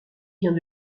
vient